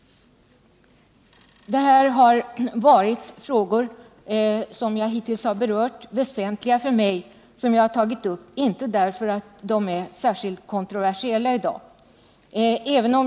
De frågor som jag hittills har berört är väsentliga för mig. Jag har inte tagit upp dem därför att de i dag är särskilt kontroversiella.